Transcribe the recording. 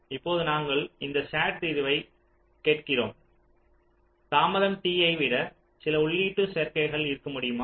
இப்போது நாங்கள் இந்த SAT தீர்வைக் கேட்கிறோம் தாமதம் T ஐ விட சில உள்ளீட்டு சேர்க்கைகள் இருக்க முடியுமா